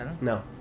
No